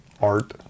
art